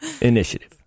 initiative